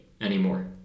anymore